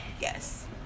Yes